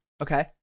Okay